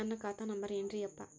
ನನ್ನ ಖಾತಾ ನಂಬರ್ ಏನ್ರೀ ಯಪ್ಪಾ?